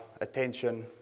attention